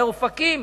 באופקים,